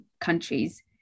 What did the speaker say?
countries